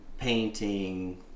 painting